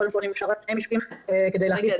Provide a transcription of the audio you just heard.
קודם כל אם אפשר רק שני משפטים כדי להכניס